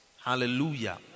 Hallelujah